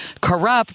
corrupt